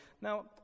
Now